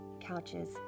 Couches